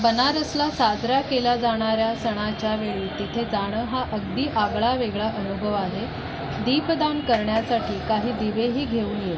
बनारसला साजरा केला जाणाऱ्या सणाच्या वेळी तिथे जाणं हा अगदी आगळावेगळा अनुभव आहे दीपदान करण्यासाठी काही दिवेही घेऊन ये